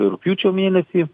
rugpjūčio mėnesį